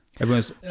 everyone's